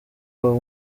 uwo